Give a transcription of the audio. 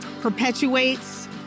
perpetuates